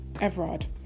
Everard